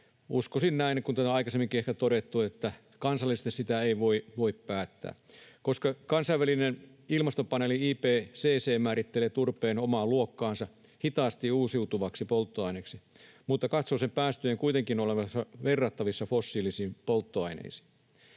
uskoisin näin, kuten on aikaisemminkin ehkä todettu — että kansallisesti sitä ei voi päättää, koska kansainvälinen ilmastopaneeli IPCC määrittelee turpeen omaan luokkaansa hitaasti uusiutuvaksi polttoaineeksi mutta katsoo sen päästöjen kuitenkin olevan verrattavissa fossiilisiin polttoaineisiin.